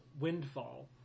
windfall